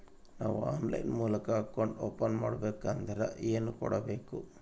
ನಾವು ಆನ್ಲೈನ್ ಮೂಲಕ account open ಮಾಡಬೇಂಕದ್ರ ಏನು ಕೊಡಬೇಕು?